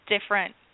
different